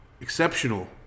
exceptional